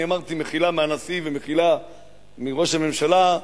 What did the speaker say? אני אמרתי: מחילה מהנשיא ומחילה מראש הממשלה,